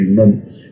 months